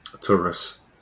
tourists